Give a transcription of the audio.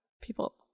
people